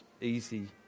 easy